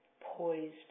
poised